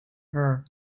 her